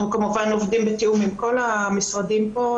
אנחנו כמובן עובדים בתיאום עם כל המשרדים פה,